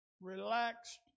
Relaxed